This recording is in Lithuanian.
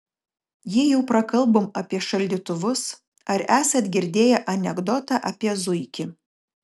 jei jau prakalbom apie šaldytuvus ar esat girdėję anekdotą apie zuikį